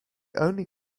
only